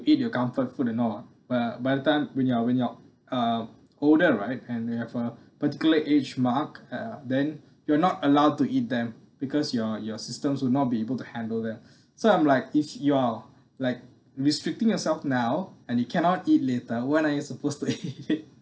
eat your comfort food or not but by the time when you are when you are uh older right and you have a particular age mark uh then you're not allowed to eat them because your your systems will not be able to handle that so I'm like if you're like restricting yourself now and you cannot eat later when are you supposed to eat